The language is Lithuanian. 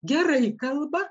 gerai kalba